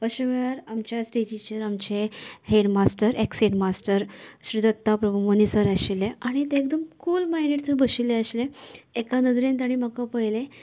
अशें वेळार आमच्या स्टेजिचेर आमचे headmaster ex headmaster Shri Datta Prabhu Moni sir आशिल्ले आनी ते एकदम कुल मायंडेड थंय बशिल्लें आशिल्लें एका नदरेन तांणे म्हाका पयलें